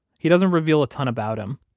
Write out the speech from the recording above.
he doesn't reveal a ton about him,